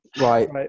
Right